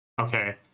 Okay